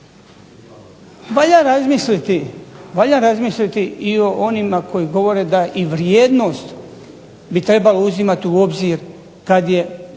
Valja razmisliti i o onima koji govore da i vrijednost bi trebalo uzimati u obzir kad je u pitanju